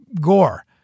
gore